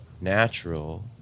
natural